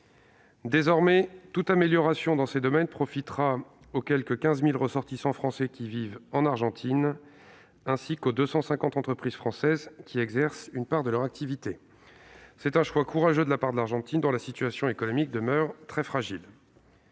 Désormais, toute amélioration dans ces domaines profitera aussi aux 15 000 ressortissants français qui vivent en Argentine, ainsi qu'aux 250 entreprises françaises qui y exercent une part de leurs activités. C'est un choix courageux de la part de l'Argentine, dont la situation économique demeure très fragile.